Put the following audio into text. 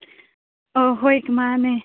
ꯑꯥ ꯍꯣꯏ ꯀꯅꯥ ꯃꯥꯅꯦ